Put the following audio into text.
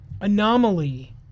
anomaly